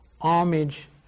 homage